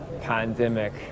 pandemic